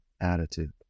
attitude